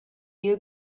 you